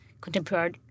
contemporary